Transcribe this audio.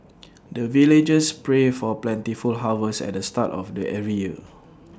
the villagers pray for plentiful harvest at the start of the every year